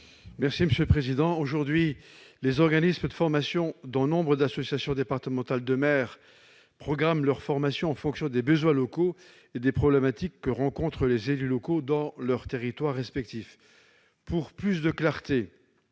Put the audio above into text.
Jean-Marie Mizzon. Aujourd'hui, les organismes de formation, dont nombre d'associations départementales de maires, programment leurs formations en fonction des besoins locaux et des problématiques que rencontrent les élus locaux dans leurs territoires respectifs. Pour plus de clarté,